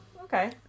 okay